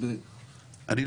לא